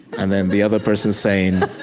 and then the other person saying,